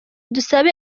dusabe